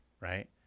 right